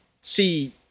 see